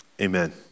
Amen